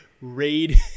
raid